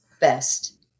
best